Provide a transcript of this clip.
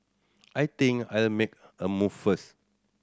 I think I'll make a move first